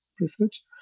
research